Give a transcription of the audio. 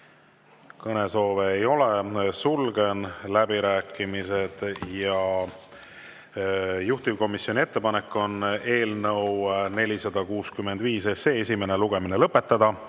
Kõnesoove ei ole, sulgen läbirääkimised. Juhtivkomisjoni ettepanek on eelnõu 465 esimene lugemine lõpetada.